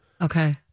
Okay